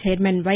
chairman why